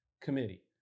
Committee